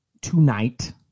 tonight